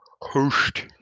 Host